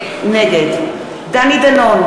נגד דני דנון,